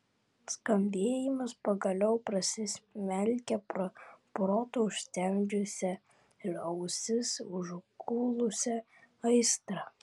skambėjimas pagaliau prasismelkė pro protą užtemdžiusią ir ausis užgulusią aistrą